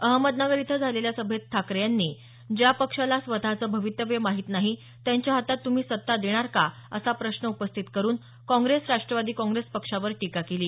अहमदनगर इथं झालेल्या सभेत ठाकरे यांनी ज्या पक्षाला स्वतःचं भवितव्य माहीत नाही त्यांच्या हातात तुम्ही सत्ता देणार का असा प्रश्न उपस्थित करुन काँग्रेस राष्ट्रवादी काँग्रेस पक्षावर टीका केली